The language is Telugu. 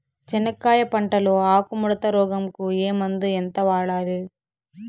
చెనక్కాయ పంట లో ఆకు ముడత రోగం కు ఏ మందు ఎంత వాడాలి?